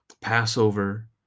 Passover